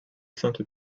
sainte